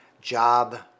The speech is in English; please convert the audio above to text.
job